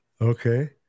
Okay